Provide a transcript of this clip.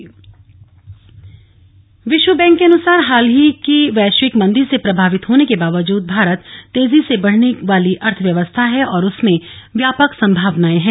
विश्व बैंक विश्व बैंक के अनुसार हाल की वैश्विक मंदी से प्रभावित होने के बावजूद भारत तेजी से बढ़ने वाली अर्थव्यवस्था है और उसमें व्यापक संभावनायें हैं